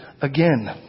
again